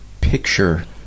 picture